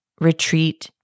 retreat